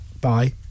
Bye